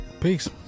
Peace